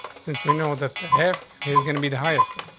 since we know that the half is gonna be the highest one